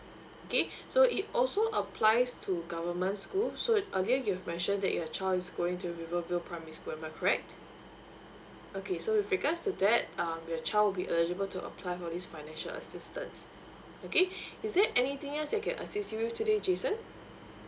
okay so it also applies to government school so again you've mentioned that your child is going to riverview primary school am I correct okay so with regards to that um your child will be eligible to apply for this financial assistance okay is it anything else I can assist you today jason